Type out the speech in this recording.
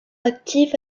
actifs